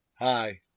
Hi